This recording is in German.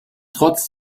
trotz